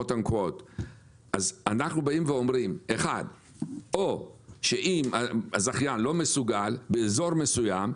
אנחנו אומרים: אם הזכיין לא מסוגל באזור מסוים,